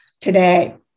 today